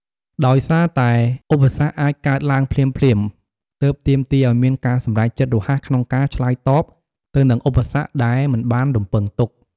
ដោយសារតែឧបសគ្គអាចកើតឡើងភ្លាមៗ ទើបទាមទារឲ្យមានការសម្រេចចិត្តរហ័សក្នុងការឆ្លើយតបទៅនឹងឧបសគ្គដែលមិនបានរំពឹងទុក។